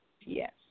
Yes